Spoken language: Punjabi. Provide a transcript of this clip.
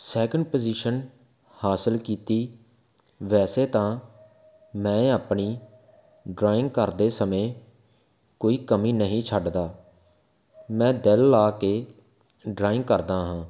ਸੈਕਿੰਡ ਪੋਜੀਸ਼ਨ ਹਾਸਲ ਕੀਤੀ ਵੈਸੇ ਤਾਂ ਮੈਂ ਆਪਣੀ ਡਰਾਇੰਗ ਕਰਦੇ ਸਮੇਂ ਕੋਈ ਕਮੀ ਨਹੀਂ ਛੱਡਦਾ ਮੈਂ ਦਿਲ ਲਾ ਕੇ ਡਰਾਇੰਗ ਕਰਦਾ ਹਾਂ